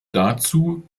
dazu